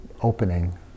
opening